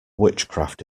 witchcraft